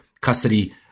custody